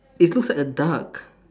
it looks like a duck